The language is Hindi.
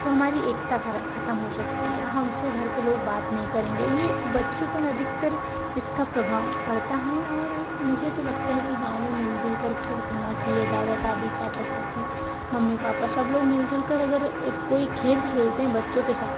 तो हमारी एकता खत्म हो सकती है हमसे घर के लोग बात नहीं करेंगे ये बच्चों पर अधिकतर इसका प्रभाव पड़ता है और मुझे तो लगता है कि गाँव में मिल जुलकर खेल खेलना चाहिए दादा दादी चाचा चाची मम्मी पापा सब लोग मिलजुल कर अगर कोई खेलते हैं बच्चों के साथ